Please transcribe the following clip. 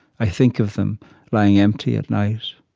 i think of them lying empty at night,